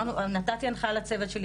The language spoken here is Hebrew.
נתתי הנחייה לצוות שלי,